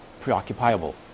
preoccupiable